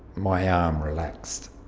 my arm relaxed.